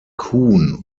kuhn